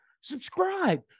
subscribe